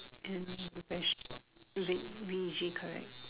and veg~ V V E G correct